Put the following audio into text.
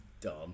Dumb